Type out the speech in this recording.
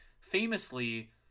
famously